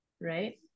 right